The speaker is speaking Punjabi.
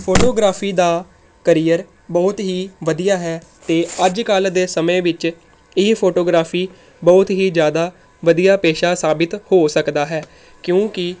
ਫੋਟੋਗ੍ਰਾਫ਼ੀ ਦਾ ਕਰੀਅਰ ਬਹੁਤ ਹੀ ਵਧੀਆ ਹੈ ਅਤੇ ਅੱਜ ਕੱਲ੍ਹ ਦੇ ਸਮੇਂ ਵਿੱਚ ਇਹ ਫੋਟੋਗ੍ਰਾਫ਼ੀ ਬਹੁਤ ਹੀ ਜ਼ਿਆਦਾ ਵਧੀਆ ਪੇਸ਼ਾ ਸਾਬਿਤ ਹੋ ਸਕਦਾ ਹੈ ਕਿਉਂਕਿ